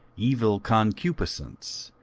evil concupiscence,